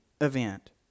event